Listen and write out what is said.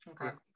Okay